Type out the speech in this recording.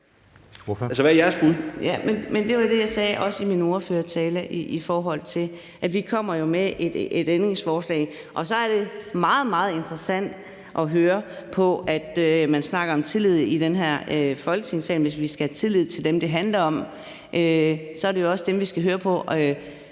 Karina Adsbøl (DD): Det var det, jeg også sagde i min ordførertale, i forhold til at vi jo kommer med et ændringsforslag. Så er det meget, meget interessant at høre, at man snakker om tillid i den her Folketingssal. Hvis vi skal have tillid til dem, det handler om, er det jo også dem, vi skal lytte til